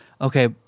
okay